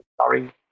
Sorry